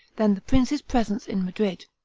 than the prince's presence in madrid.